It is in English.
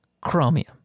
Chromium